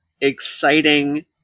exciting